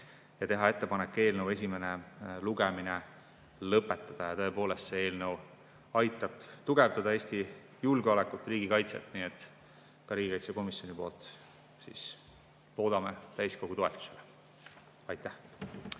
ja teha ettepanek eelnõu esimene lugemine lõpetada. Tõepoolest, see eelnõu aitab tugevdada Eesti julgeolekut ja riigikaitset, nii et ka riigikaitsekomisjon loodab täiskogu toetusele. Aitäh!